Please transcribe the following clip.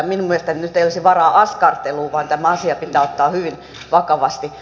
minun mielestäni nyt ei olisi varaa askarteluun vaan tämä asia pitää ottaa hyvin vakavasti